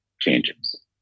changes